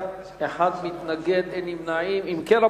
אם כן,